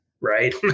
Right